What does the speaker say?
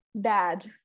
Dad